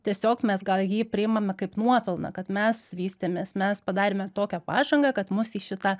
tiesiog mes gal jį priimame kaip nuopelną kad mes vystėmės mes padarėme tokią pažangą kad mus į šitą